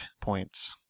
points